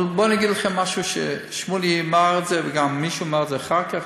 אבל בואו אני אגיד לכם משהו ששמולי אמר וגם מישהו אמר את זה אחר כך,